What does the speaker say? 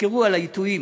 תזכרו את העיתויים,